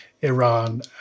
Iran